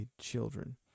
children